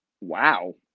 Wow